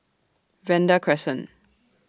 Vanda Crescent